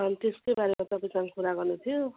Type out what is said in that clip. अनि त्यही बारेमा तपाईँसँग कुरा गर्नु थियो